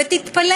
ותתפלא